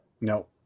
No